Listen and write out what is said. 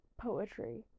poetry